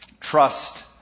trust